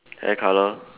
hair colour